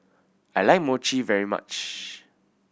I like Mochi very much